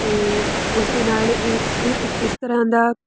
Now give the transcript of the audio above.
ਅਤੇ ਉਸ ਦੇ ਨਾਲ ਇਹ ਇਹ ਇੱਕ ਇਸ ਤਰ੍ਹਾਂ ਦਾ